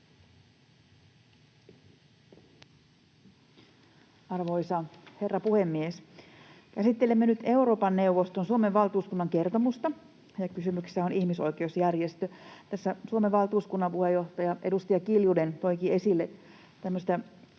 Arvoisa herra puhemies! Käsittelemme nyt Euroopan neuvoston Suomen valtuuskunnan kertomusta, ja kysymyksessä on ihmisoikeusjärjestö. Tässä Suomen valtuuskunnan puheenjohtaja, edustaja Kiljunen toikin esille